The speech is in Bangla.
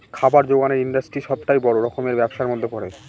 খাবার জোগানের ইন্ডাস্ট্রি সবটাই বড় রকমের ব্যবসার মধ্যে পড়ে